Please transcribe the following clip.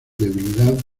debilidad